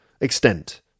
extent